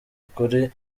ukuri